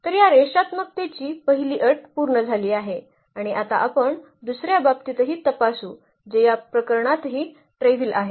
तर या रेषात्मकतेची पहिली अट पूर्ण झाली आहे आणि आता आपण दुसर्या बाबतीतही तपासू जे या प्रकरणातही ट्रेव्हिल आहे